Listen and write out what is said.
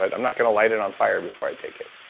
i'm not going to light it on fire before i take it.